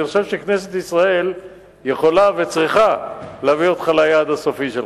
אני חושב שכנסת ישראל יכולה וצריכה להביא אותך ליעד הסופי שלך.